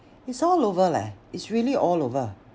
it's all over leh it's really all over